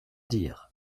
dire